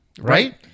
Right